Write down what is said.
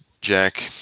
Jack